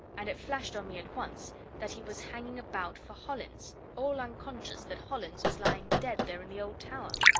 and it flashed on me at once that he was hanging about for hollins all unconscious that hollins was lying dead there in the old tower.